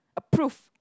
approve